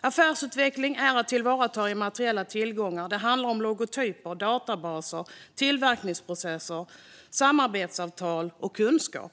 Affärsutveckling är att tillvarata immateriella tillgångar. Det handlar om logotyper, databaser, tillverkningsprocesser, samarbetsavtal och kunskap.